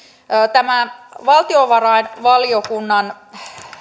tämä valtiovarainvaliokunnan